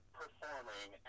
performing